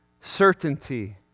certainty